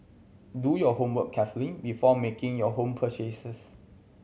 do your homework carefully before making your home purchases